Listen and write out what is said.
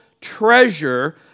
treasure